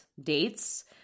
dates